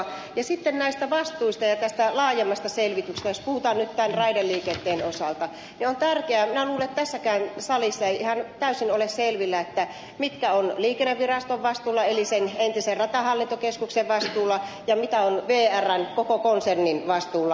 sitten näistä vastuista ja tästä laajemmasta selvityksestä jos puhutaan nyt tämän raideliikenteen osalta niin minä luulen että tässäkään salissa ei ihan täysin ole selvillä mitä on liikenneviraston vastuulla eli sen entisen ratahallintokeskuksen vastuulla ja mitä on vrn koko konsernin vastuulla